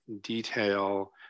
detail